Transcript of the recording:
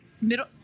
middle